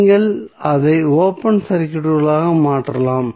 நீங்கள் அதை ஓபன் சர்க்யூட்களாக மாற்றலாம்